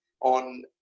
on